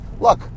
look